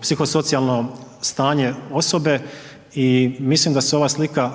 psihosocijalno stanje osobe i mislim da se ova slika